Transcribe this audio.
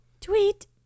tweet